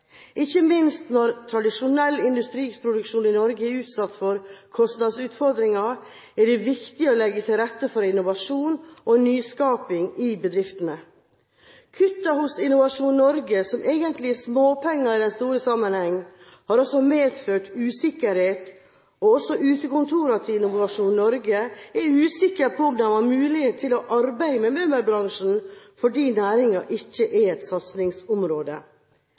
Ikke minst når tradisjonell industriproduksjon i Norge er utsatt for kostnadsutfordringer, er det viktig å legge til rette for innovasjon og en nyskaping i bedriftene. Kuttene hos Innovasjon Norge, som egentlig er småpenger i den store sammenhengen, har også medført usikkerhet. Også utekontorene til Innovasjon Norge er usikre på om de har mulighet for å arbeide med møbelbransjen fordi næringen ikke er et satsingsområde.